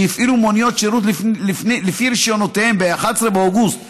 שהפעילו מוניות שירות לפי רישיונותיהם ב-11 באוגוסט 2016,